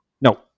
no